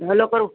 hello કરું